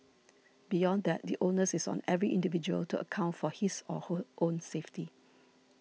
beyond that the onus is on every individual to account for his or her own safety